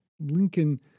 Lincoln